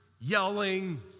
yelling